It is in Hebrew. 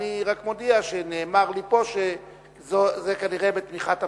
אני רק מודיע שנאמר לי פה שזה כנראה בתמיכת הממשלה.